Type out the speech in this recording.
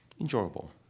enjoyable